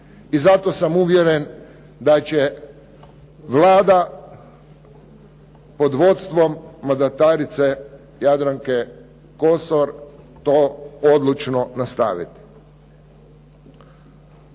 I zato sam uvjeren da će Vlada pod vodstvom mandatarice Jadranke Kosor to odlučno nastaviti.